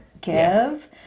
give